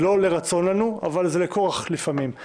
זה לא לרצון לנו, אבל זה כוח לפעמים.